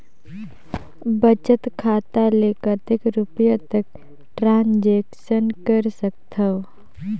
बचत खाता ले कतेक रुपिया तक ट्रांजेक्शन कर सकथव?